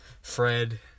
Fred